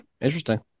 interesting